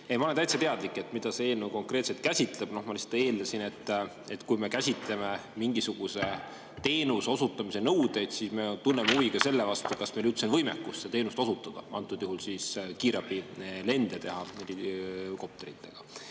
Ma olen täitsa teadlik, mida see eelnõu konkreetselt käsitleb. Ma lihtsalt eeldasin, et kui me käsitleme mingisuguse teenuse osutamise nõudeid, siis me tunneme huvi ka selle vastu, kas meil üldse on võimekust seda teenust osutada, antud juhul kopteriga kiirabilende teha. Ma tean